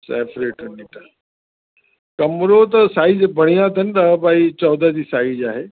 separate उन type कमरो त साइज़ बढ़िया अथनि ॾह बाइ चोॾहं जी साइज़ आहे